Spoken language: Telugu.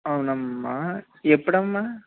అవునమ్మా ఎప్పుడమ్మా